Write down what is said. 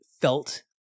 felt